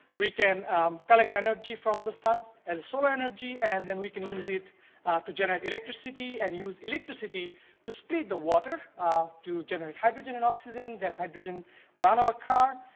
we can collect energy from the sun, as a solar energy, and then we can use it to generate electricity and use electricity to split the water ah to generate hydrogen and oxygen. that hydrogen run our car.